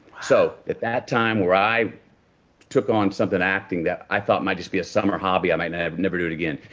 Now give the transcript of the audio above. so, at that time where i took on something, acting, i thought might just be a summer hobby. i might never never do it again.